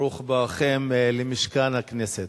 ברוך בואכם למשכן הכנסת.